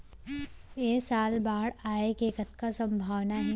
ऐ साल बाढ़ आय के कतका संभावना हे?